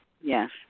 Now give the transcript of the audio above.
yes